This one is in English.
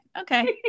Okay